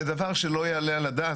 זה דבר שהוא לא יעלה על הדעת.